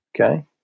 okay